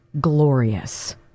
Glorious